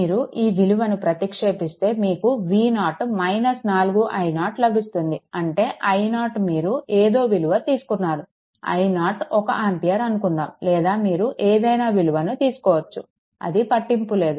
మీరు ఈ విలువను ప్రతిక్షేపిస్తే మీకు V0 4i0 లభిస్తుంది అంటే i0 మీరు ఏదో విలువ తీసుకున్నారు i0 1 ఆంపియర్ అనుకుందాము లేదా మీరు ఏదైనా విలువను తీసుకోవచ్చు అది పట్టింపు లేదు